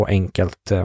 enkelt